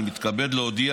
אני מתכבד להודיע